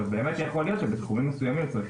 באמת יכול להיות בתחומים מסוימים צריך